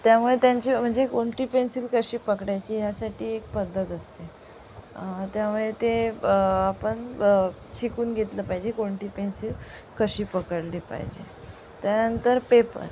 त्यामुळे त्यांची म्हणजे कोणती पेन्सिल कशी पकडायची ह्यासाठी एक पद्धत असते त्यामुळे ते आपण शिकून घेतलं पाहिजे कोणती पेन्सिल कशी पकडली पाहिजे त्यानंतर पेपर